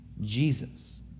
Jesus